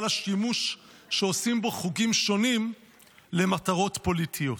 השימוש שעושים בו חוגים שונים למטרות פוליטיות.